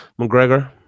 McGregor